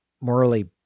morally